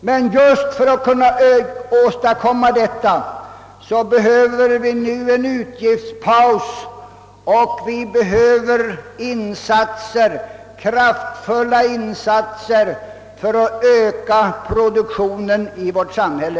Men just för att kunna åstadkomma detta behöver vi nu en utgiftspaus, och vi behöver kraftfulla insatser för att öka produktionen i vårt samhälle.